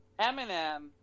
Eminem